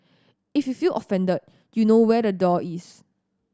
if you feel offended you know where the door is